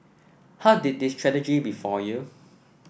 how did this tragedy befall you